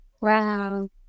Wow